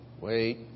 Wait